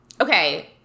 Okay